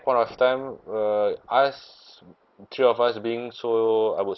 point of time uh us three of us being so I would